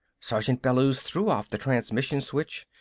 sergeant bellews threw off the transmission switch.